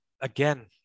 again